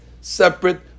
separate